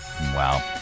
Wow